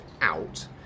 out